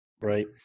right